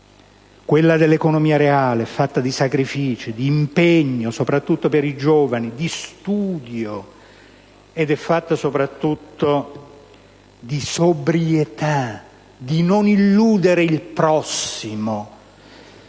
quella dell'economia reale, è fatta di sacrifici, di impegno, soprattutto per i giovani, di studio, e soprattutto di sobrietà, di non illudere il prossimo.